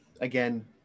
again